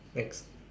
next